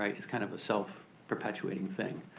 um it's kind of a self-perpetuating thing.